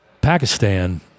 Pakistan